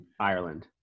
ireland